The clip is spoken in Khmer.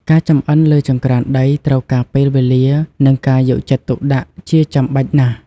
ការចម្អិនលើចង្រ្កានដីត្រូវការពេលវេលា និងការយកចិត្តទុកដាក់ជាចាំបាច់ណាស់។